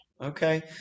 okay